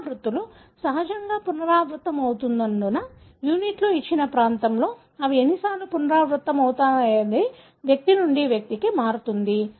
పునరావృత్తులు సజావుగా పునరావృతమవుతున్నందున యూనిట్లు ఇచ్చిన ప్రాంతంలో అవి ఎన్నిసార్లు పునరావృతమవుతాయనేది వ్యక్తి నుండి వ్యక్తికి మారుతుంది